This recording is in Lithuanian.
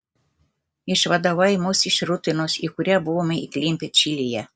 išvadavai mus iš rutinos į kurią buvome įklimpę čilėje